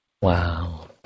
Wow